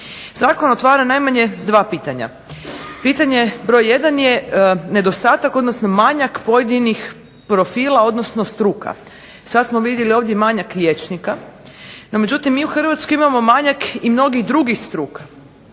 Zakon otvara najmanje dva pitanja. Pitanje broj jedan je nedostatak pojedinih profila odnosno struka. Sada smo vidjeli ovdje manjak liječnika, no mi u Hrvatskoj imamo manjak mnogih drugih struka.